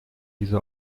diese